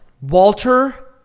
Walter